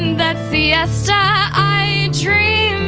that siesta i dream